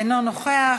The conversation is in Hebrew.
אינו נוכח,